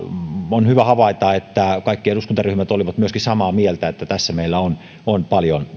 on hyvä havaita että kaikki eduskuntaryhmät olivat myöskin samaa mieltä että tässä meillä on on paljon